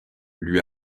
lui